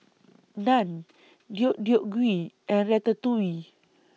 Naan Deodeok Gui and Ratatouille